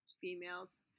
Females